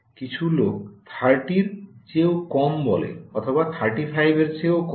কিছু লোক 30 এর চেয়ে কম বলে অথবা 35 এর চেয়ে কম